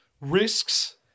Risks